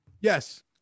Yes